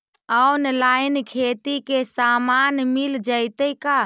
Online खेती के सामान मिल जैतै का?